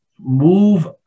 move